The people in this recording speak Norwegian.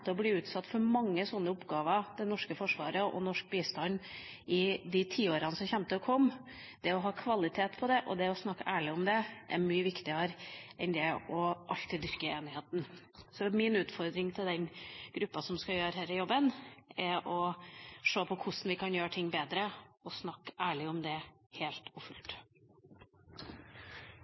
til å bli utsatt for mange sånne oppgaver, det norske forsvaret og norsk bistand, i de tiårene som kommer. Det å ha kvalitet på det og det å snakke ærlig om det er mye viktigere enn det alltid å dyrke enigheten. Min utfordring til den gruppa som skal gjøre denne jobben, er å se på hvordan vi kan gjøre ting bedre og snakke ærlig om det, helt og fullt.